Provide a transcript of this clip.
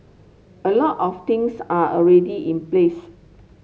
a lot of things are already in place